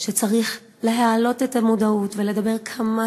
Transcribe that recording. צריך להעלות את המודעות ולדבר כמה